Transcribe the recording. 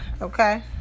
okay